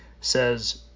says